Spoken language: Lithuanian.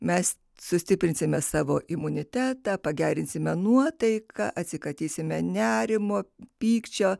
mes sustiprinsime savo imunitetą pagerinsime nuotaiką atsikratysime nerimo pykčio